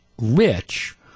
rich